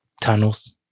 tunnels